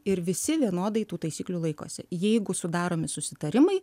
ir visi vienodai tų taisyklių laikosi jeigu sudaromi susitarimai